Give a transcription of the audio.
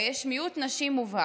שבה יש מיעוט נשים מובהק,